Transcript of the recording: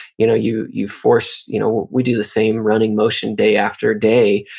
you know you you force, you know we do the same running motion day after day,